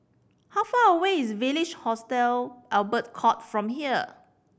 how far away is Village Hostel Albert Court from here